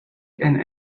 and